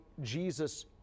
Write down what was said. Jesus